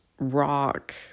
rock